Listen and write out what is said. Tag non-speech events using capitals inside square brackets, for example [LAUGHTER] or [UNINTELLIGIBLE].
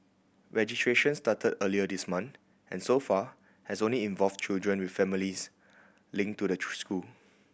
registration started earlier this month and so far has only involved children with families link to the [UNINTELLIGIBLE] school